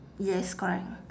yes correct